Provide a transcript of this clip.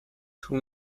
too